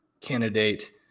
candidate